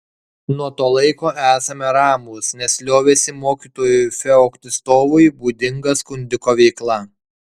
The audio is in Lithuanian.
nuo to laiko esame ramūs nes liovėsi mokytojui feoktistovui būdinga skundiko veikla